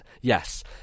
yes